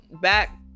back